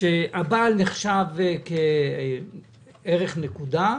שהבעל נחשב כערך נקודה,